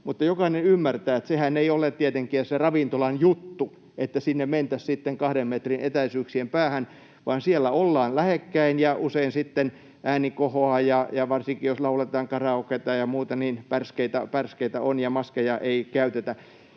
jokainen ymmärtää, että sehän ei ole tietenkään se ravintolan juttu, että sinne mentäisiin kahden metrin etäisyyksien päähän, vaan siellä ollaan lähekkäin ja usein sitten ääni kohoaa, ja varsinkin jos lauletaan karaokea ja muuta, niin pärskeitä on ja maskeja ei käytetä.